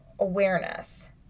awareness